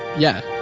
yeah.